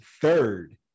third